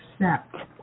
accept